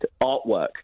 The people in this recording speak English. artwork